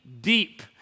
deep